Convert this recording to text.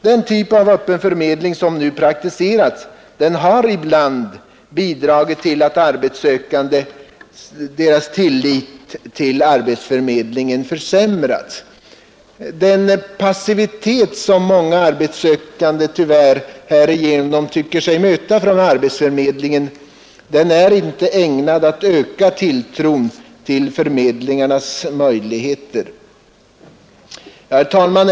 Den typ av öppen förmedling som nu praktiseras har ibland bidragit till att arbetssökandes tillit till arbetsförmedlingen försämrats. Den passivitet som många arbetssökande tyvärr tycker sig möta från arbetsförmedlingen är inte ägnad att öka tilltron till förmedlingarnas möjligheter. Herr talman!